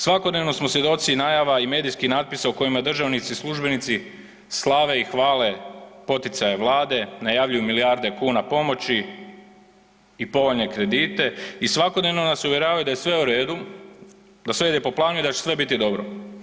Svakodnevno smo svjedoci i najava i medijskih natpisa u kojima državnici i službenici slave i hvale poticaje vlade, najavljuju milijarde kuna pomoći i povoljne kredite i svakodnevno nas uvjeravaju da je sve u redu, da sve ide po planu i da će sve biti dobro.